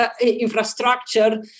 infrastructure